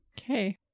Okay